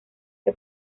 que